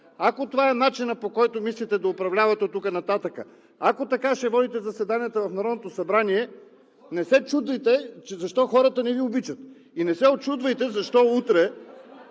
ако това е начинът, по който мислите да управлявате оттук нататък, ако така ще водите заседанията в Народното събрание, не се учудвайте защо хората не Ви обичат и не се учудвайте защо утре